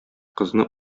кызны